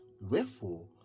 wherefore